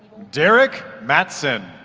derrick mattson